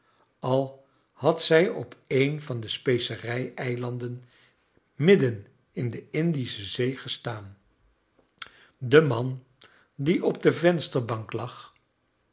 al had zij op een van de specerij eilanden midden in de indische zee gestaan de man die op de vensterbank lag